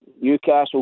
Newcastle